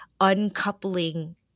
uncoupling